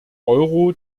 euro